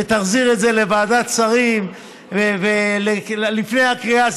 שתחזיר את זה לוועדת שרים לפני הקריאה,